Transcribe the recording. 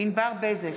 ענבר בזק,